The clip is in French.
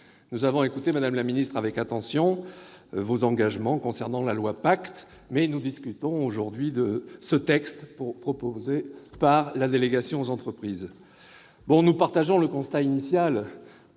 nous avons écouté avec attention vos engagements concernant le projet de loi PACTE, mais nous discutons aujourd'hui de ce texte proposé par la délégation aux entreprises. Nous partageons le constat initial,